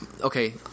okay